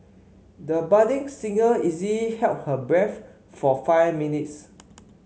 the budding singer easily held her breath for five minutes